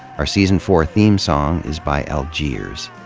our season four theme song is by algiers.